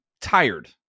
tired